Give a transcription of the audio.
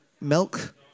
milk